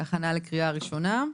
בהכנה לקריאה ראשונה;